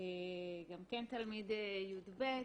תלמיד י"ב.